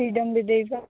freedom ବି ଦେଇପାରେ